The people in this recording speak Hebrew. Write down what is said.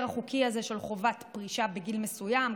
החוקי הזה של חובת פרישה בגיל מסוים,